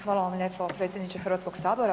Hvala vam lijepo predsjedniče Hrvatskog sabora.